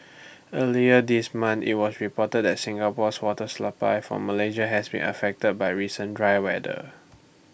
earlier this month IT was reported that Singapore's water supply from Malaysia has been affected by recent dry weather